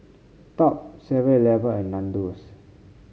Top Seven Eleven and Nandos